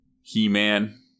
He-Man